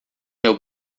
meu